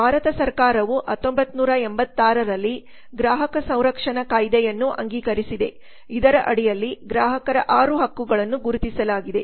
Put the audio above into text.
ಭಾರತ ಸರ್ಕಾರವು 1986 ರಲ್ಲಿ ಗ್ರಾಹಕ ಸಂರಕ್ಷಣಾ ಕಾಯ್ದೆಯನ್ನು ಅಂಗೀಕರಿಸಿದೆ ಇದರ ಅಡಿಯಲ್ಲಿ ಗ್ರಾಹಕರ 6 ಹಕ್ಕುಗಳನ್ನು ಗುರುತಿಸಲಾಗಿದೆ